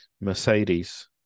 Mercedes